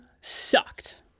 sucked